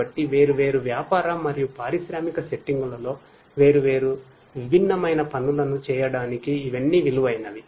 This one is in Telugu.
కాబట్టి వేర్వేరు వ్యాపార మరియు పారిశ్రామిక సెట్టింగులలో వేర్వేరు విభిన్నమైన పనులను చేయడానికి ఇవన్నీ విలువైనవి